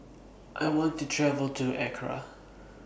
I want to travel to Accra